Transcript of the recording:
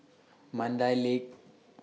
Mandai Lake